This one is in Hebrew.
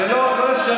זה לא אפשרי.